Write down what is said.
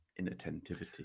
Inattentivity